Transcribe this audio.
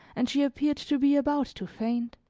and she appeared to be about to faint.